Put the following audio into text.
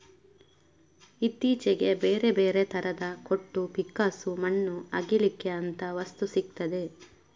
ಇತ್ತೀಚೆಗೆ ಬೇರೆ ಬೇರೆ ತರದ ಕೊಟ್ಟು, ಪಿಕ್ಕಾಸು, ಮಣ್ಣು ಅಗೀಲಿಕ್ಕೆ ಅಂತ ವಸ್ತು ಸಿಗ್ತದೆ